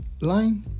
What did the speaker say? line